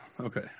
Okay